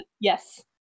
Yes